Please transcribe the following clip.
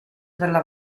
della